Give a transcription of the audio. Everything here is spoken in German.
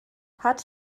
hat